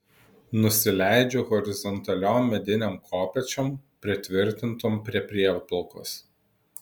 nusileidžiu horizontaliom medinėm kopėčiom pritvirtintom prie prieplaukos